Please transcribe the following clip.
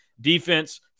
Defense